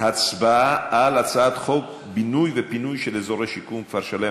להצבעה על הצעת חוק בינוי ופינוי של אזורי שיקום (כפר-שלם),